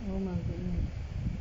oh my goodness